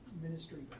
ministry